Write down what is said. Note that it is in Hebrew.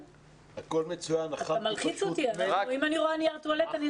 בסוף אפשר לשנות את ההחלטה של ניהול הסיכונים של